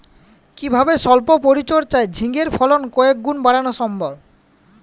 কিভাবে সল্প পরিচর্যায় ঝিঙ্গের ফলন কয়েক গুণ বাড়ানো যায়?